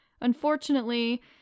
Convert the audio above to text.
unfortunately